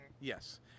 Yes